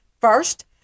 First